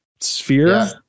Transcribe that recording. sphere